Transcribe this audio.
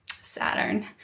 Saturn